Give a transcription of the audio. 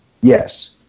Yes